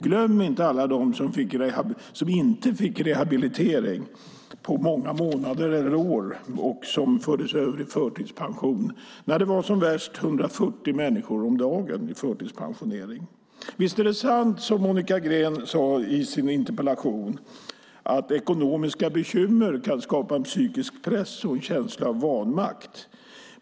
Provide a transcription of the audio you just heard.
Glöm inte alla de som inte fick rehabilitering på många månader eller år och som fördes över till förtidspensionering. När det var som värst förtidspensionerades 140 människor om dagen. Visst är det sant som Monica Green sade i sin interpellation, nämligen att ekonomiska bekymmer kan skapa en psykisk press och en känsla av vanmakt.